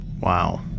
wow